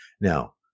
Now